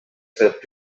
clip